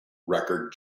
record